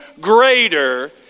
greater